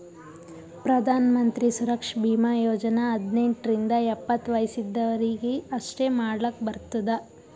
ಪ್ರಧಾನ್ ಮಂತ್ರಿ ಸುರಕ್ಷಾ ಭೀಮಾ ಯೋಜನಾ ಹದ್ನೆಂಟ್ ರಿಂದ ಎಪ್ಪತ್ತ ವಯಸ್ ಇದ್ದವರೀಗಿ ಅಷ್ಟೇ ಮಾಡ್ಲಾಕ್ ಬರ್ತುದ